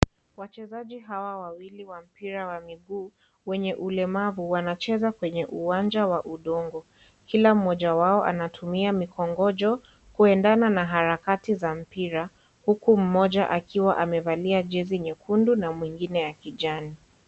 Wachezaji hawa wawili wa mpira wa miguu, wenye ulemavu, wanacheza kwenye uwanja wa udongo. Kila mmoja wao anatumia mikogonjo, kuendana na harakati za mpira, huku mmoja akiwa amevalia jezi nyekundu, na mwingine ya kijani.